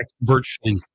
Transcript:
virtually